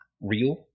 real